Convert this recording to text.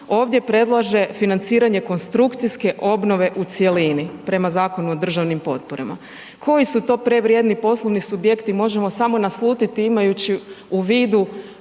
ovdje predlaže financiranje konstrukcijske obnove u cjelini prema Zakonu o državnim potporama. Koji su to prevrijedni poslovni subjekti možemo samo naslutiti imajući u vidu